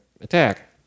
attack